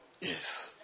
Yes